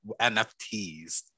nfts